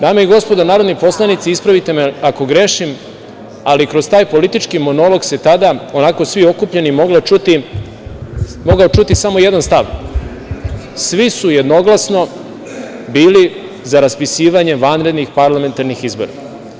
Dame i gospodo narodni poslanici, ispravite me ako grešim, ali kroz taj politički monolog se tada onako svi okupljeni, mogao čuti samo jedan stav, svi su jednoglasno bili za raspisivanje vanrednih parlamentarnih izbora.